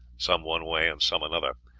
some one way and some another,